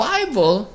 Bible